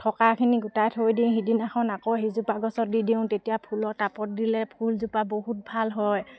থকাখিনি গোটাই থৈ দিওঁ সিদিনাখন আকৌ সিজোপা গছত দি দিওঁ তেতিয়া ফুলৰ টাবত দিলে ফুলজোপা বহুত ভাল হয়